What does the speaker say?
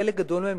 חלק גדול מהם,